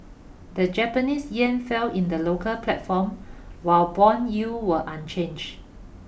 the Japanese yen fell in the local platform while bond yields were unchange